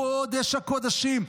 קודש הקודשים,